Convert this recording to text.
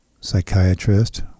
psychiatrist